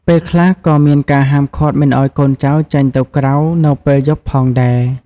ពេលខ្លះ ក៏មានការហាមឃាត់មិនឱ្យកូនចៅចេញទៅក្រៅនៅពេលយប់ផងដែរ។